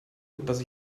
dass